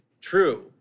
true